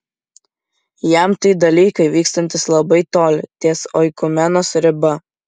jam tai dalykai vykstantys labai toli ties oikumenos riba